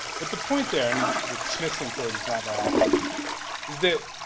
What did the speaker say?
but the point there and the smithson quote is not by accident is that,